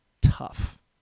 Tough